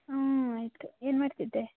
ಹ್ಞೂ ಆಯಿತು ಏನು ಮಾಡ್ತಿದ್ದೆ